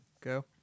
go